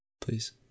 Please